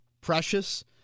precious